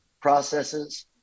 processes